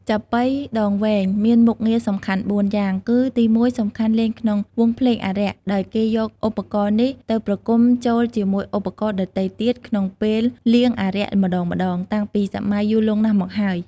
ចាប៉ីដងវែងមានមុខងារសំខាន់ ៤យ៉ាងគឺ ទី១ សំខាន់លេងក្នុងវង់ភ្លេងអារក្ស ដោយគេយកឧបករណ៍នេះទៅប្រគំចូលជាមួយឧបករណ៍ដទៃទៀតក្នុងពេលលៀងអារក្សម្ដងៗ តាំងពីសម័យយូរលង់ណាស់មកហើយ។